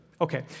Okay